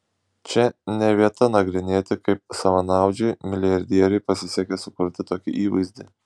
čia ne vieta nagrinėti kaip savanaudžiui milijardieriui pasisekė sukurti tokį įvaizdį